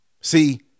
See